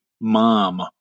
mom